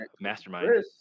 mastermind